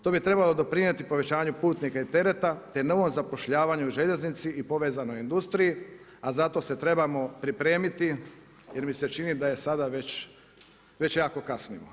To bi trebalo doprinijeti povećanju putnika i tereta, te novom zapošljavanju u željeznici i povezanoj industriji, a za to se trebamo pripremiti jer mi se čini da je sada već jako kasnimo.